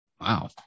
Wow